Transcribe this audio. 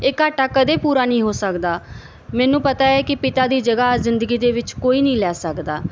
ਇਹ ਘਾਟਾ ਕਦੇ ਪੂਰਾ ਨਹੀਂ ਹੋ ਸਕਦਾ ਮੈਨੂੰ ਪਤਾ ਹੈ ਕਿ ਪਿਤਾ ਦੀ ਜਗ੍ਹਾ ਜ਼ਿੰਦਗੀ ਦੇ ਵਿੱਚ ਕੋਈ ਨਹੀਂ ਲੈ ਸਕਦਾ